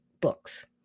books